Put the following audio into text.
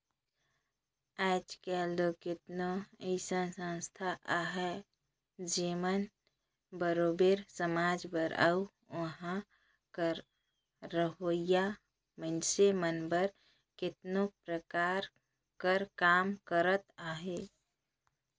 आएज काएल दो केतनो अइसन संस्था अहें जेमन बरोबेर समाज बर अउ उहां कर रहोइया मइनसे मन बर केतनो परकार कर काम करत अहें